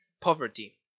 poverty